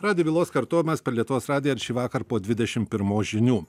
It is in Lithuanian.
radijo bylos kartojimas per lietuvos radiją ir šįvakar po dvidešim pirmos žinių